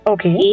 Okay